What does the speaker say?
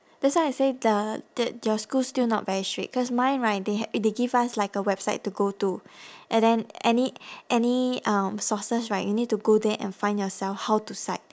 that's why I say the that your school still not very strict cause mine right they ha~ they give us like a website to go to and then any any um sources right you need to go there and find yourself how to cite